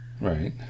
Right